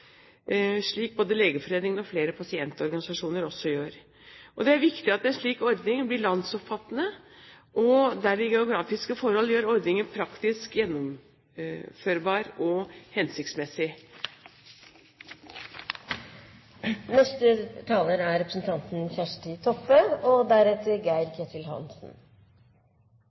slik både Legeforeningen og flere pasientorganisasjoner også gjør. Det er viktig at en slik ordning blir landsomfattende der de geografiske forhold gjør ordningen praktisk gjennomførbar og hensiktsmessig.